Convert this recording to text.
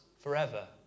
forever